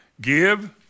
Give